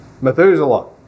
Methuselah